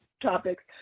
Topics